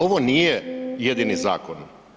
Ovo nije jedini zakon.